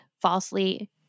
falsely